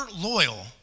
loyal